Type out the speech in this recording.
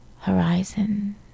horizon